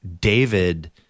David